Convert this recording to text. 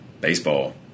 Baseball